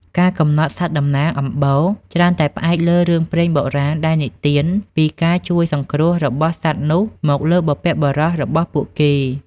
ការកំណត់សត្វតំណាងអំបូរ ច្រើនតែផ្អែកលើរឿងព្រេងបុរាណដែលនិទានពីការជួយសង្គ្រោះរបស់សត្វនោះមកលើបុព្វបុរសរបស់ពួកគេ។